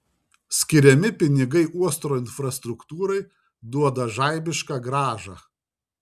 skiriami pinigai uosto infrastruktūrai duoda žaibišką grąžą